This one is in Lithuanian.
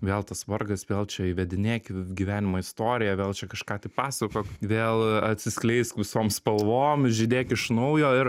vėl tas vargas vėl čia įvedinėk į gyvenimo istoriją vėl čia kažką tai pasakok vėl atsiskleisk visom spalvom žydėk iš naujo ir